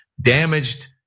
damaged